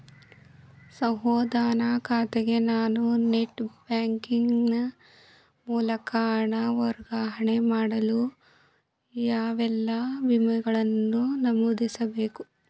ಸಹೋದರನ ಖಾತೆಗೆ ನಾನು ನೆಟ್ ಬ್ಯಾಂಕಿನ ಮೂಲಕ ಹಣ ವರ್ಗಾವಣೆ ಮಾಡಲು ಯಾವೆಲ್ಲ ವಿವರಗಳನ್ನು ನಮೂದಿಸಬೇಕು?